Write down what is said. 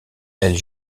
elle